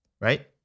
Right